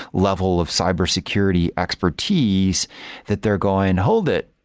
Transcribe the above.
level of cybersecurity expertise that they're going, hold it!